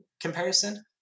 comparison